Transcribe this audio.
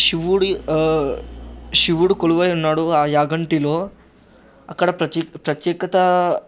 శివుడు శివుడు కొలువై ఉన్నాడు ఆ యాగంటిలో అక్కడ ప్రత్యే ప్రత్యేకతా